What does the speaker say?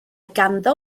ganddo